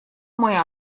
мой